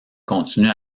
continue